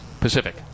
Pacific